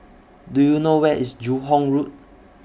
Do YOU know Where IS Joo Hong Road